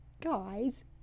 guys